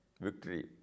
victory